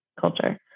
culture